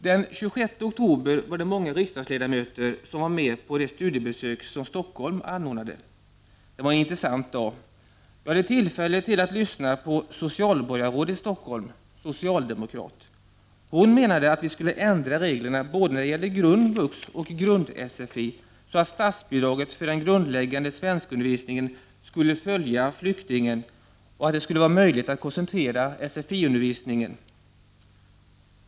Den 26 oktober var många riksdagsledamöter med på det studiebesök som Stockholm anordnade. Det var en intressant dag. Jag hade tillfälle till att lyssna på socialborgarrådet i Stockholm — socialdemokrat. Hon menade att vi borde ändra reglerna både när det gäller grundvux och grund-sfi så att statsbidraget för den grundläggande svenskundervisningen skulle följa flyktingen och att det skulle vara möjligt att koncentrera sfi-undervisningen.